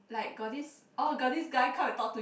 like got this oh got this guy come and talk to